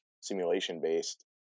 simulation-based